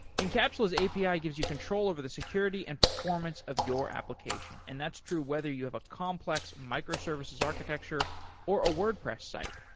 incapsula's api ah gives you control over the security and performance of your application and that's true whether you have a complex micro-services architecture or a wordpress site,